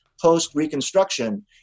post-Reconstruction